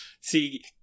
See